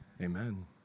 Amen